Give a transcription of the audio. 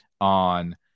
on